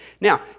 Now